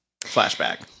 flashback